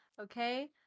okay